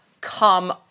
come